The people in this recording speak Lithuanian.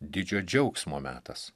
didžio džiaugsmo metas